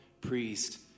priest